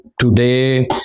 today